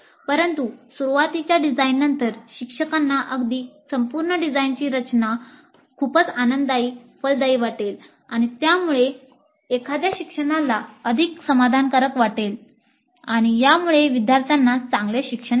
परंतु सुरुवातीच्या डिझाइननंतर शिक्षकांना अगदी संपूर्ण डिझाइनची रचना खूपच आनंददायी फलदायी वाटेल आणि यामुळे एखाद्या शिक्षणाला अधिक समाधानकारक वाटेल आणि यामुळे विद्यार्थ्यांना चांगले शिक्षण मिळेल